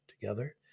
Together